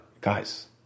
guys